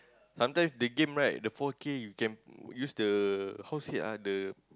sometimes the game right the four-K you can use the how say ah the